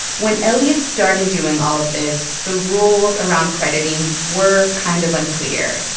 when elliot started doing all of this, the rules around crediting were kind of unclear.